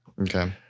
okay